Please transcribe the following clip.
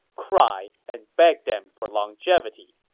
cry, and beg them for longevity.